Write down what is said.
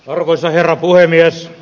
arvoisa herra puhemies